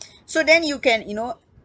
so then you can you know